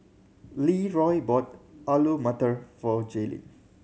Leeroy bought Alu Matar for Jaelyn